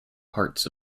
parts